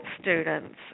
students